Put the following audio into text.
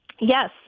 Yes